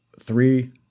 three